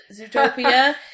Zootopia